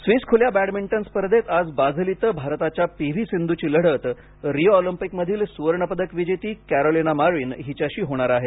Swiss खुल्या badminton स्पर्धेत आज बाझल इथं भारताच्या पी व्ही सिंधूची लढत रिओ ऑलिम्पिकमधील सुवर्णपदक विजेती कॅरोलिना मरिन हिच्याशी होणार आहे